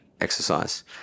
exercise